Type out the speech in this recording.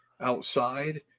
outside